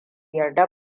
yarda